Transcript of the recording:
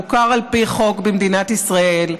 מוכר על פי חוק במדינת ישראל,